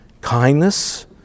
kindness